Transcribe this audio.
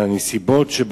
נסיבות,